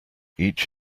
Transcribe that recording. each